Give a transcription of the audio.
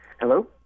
Hello